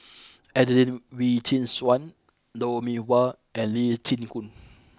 Adelene Wee Chin Suan Lou Mee Wah and Lee Chin Koon